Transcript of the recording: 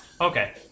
Okay